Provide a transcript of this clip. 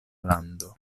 lando